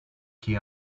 key